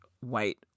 white